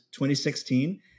2016